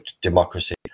democracy